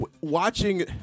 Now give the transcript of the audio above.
watching